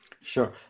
Sure